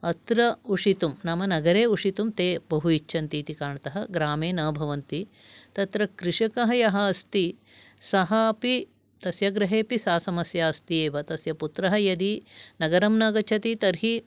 अत्र उषितुं नाम नगरे उषितुं ते बहु इच्छन्ति इति कारणतः ग्रामे न भवन्ति तत्र कृषकः यः अस्ति सः अपि तस्य गृहे अपि सा समस्या अस्ति एव तस्य पुत्रः यदि नगरं न गच्छति तर्हि